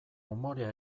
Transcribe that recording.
umorea